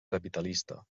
capitalista